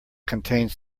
contained